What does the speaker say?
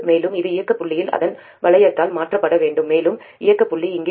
மேலும் இது இயக்க புள்ளியில் அதன் வளையத்தால் மாற்றப்பட வேண்டும் மேலும் இயக்க புள்ளி இங்கே உள்ளது